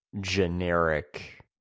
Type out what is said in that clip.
generic